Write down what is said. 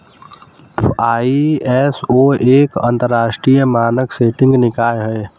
ISO एक अंतरराष्ट्रीय मानक सेटिंग निकाय है